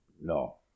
no